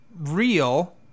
real